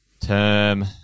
term